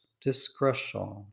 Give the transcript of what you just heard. discretion